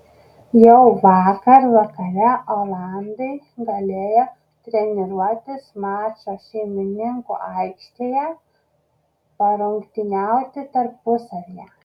jau vakar vakare olandai galėjo treniruotis mačo šeimininkų aikštėje parungtyniauti tarpusavyje